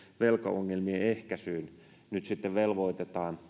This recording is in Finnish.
velkaongelmien ehkäisyyn nyt sitten velvoitetaan